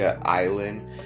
Island